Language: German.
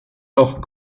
noch